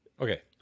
okay